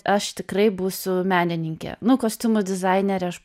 aš tikrai būsiu menininkė nu kostiumų dizainerė aš